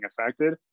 affected